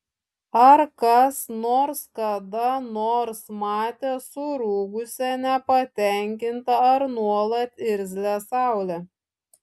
ar kas nors kada nors matė surūgusią nepatenkintą ar nuolat irzlią saulę